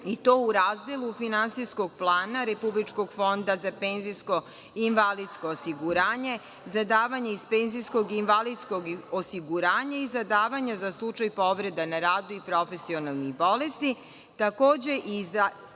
i to u razdelu Finansijskog plana Republičkog fonda za penzijsko-invalidsko osiguranje, za davanje iz penzijsko-invalidskog osiguranja i za davanje za slučaj povrede na radu i profesionalnih bolesti, takođe i razdela